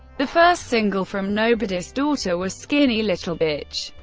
the first single from nobody's daughter was skinny little bitch,